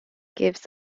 gives